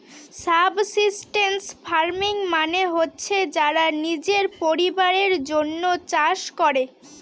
subsistence farming মানে হচ্ছে যারা নিজের পরিবারের জন্য চাষ করে